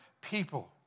people